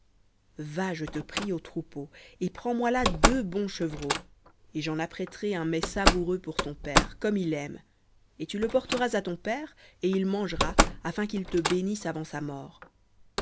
va je te prie au troupeau et prends-moi là deux bons chevreaux et j'en apprêterai un mets savoureux pour ton père comme il aime et tu le porteras à ton père et il mangera afin qu'il te bénisse avant sa mort